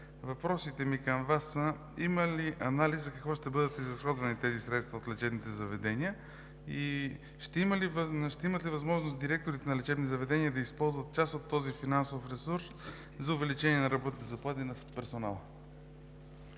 Въпросите ми към Вас са: има ли анализ за какво ще бъдат изразходвани тези средства от лечебните заведения? Ще имат ли възможност директорите на лечебни заведения да използват част от този финансов ресурс за увеличение на работните заплати на персонала?